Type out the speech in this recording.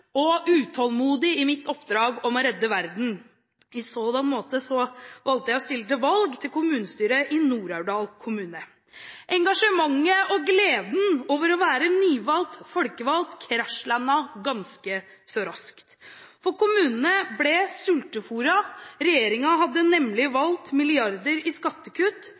og utålmodig i mitt oppdrag om å redde verden. I så måte valgte jeg å stille til valg til kommunestyret i Nord-Aurdal kommune. Engasjementet og gleden over å være nyvalgt folkevalgt krasjlandet ganske så raskt, fordi kommunene ble sultefôret. Regjeringen hadde nemlig valgt milliarder kroner i skattekutt